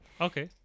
Okay